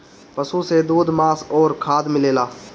पशु से दूध, मांस अउरी खाद मिलेला